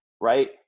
right